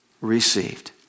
received